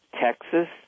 Texas